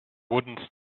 wooden